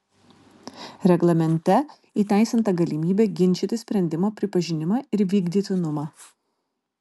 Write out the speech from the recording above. reglamente įteisinta galimybė ginčyti sprendimo pripažinimą ir vykdytinumą